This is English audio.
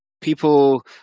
people